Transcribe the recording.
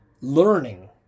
learning